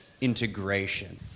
integration